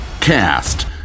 cast